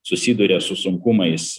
susiduria su sunkumais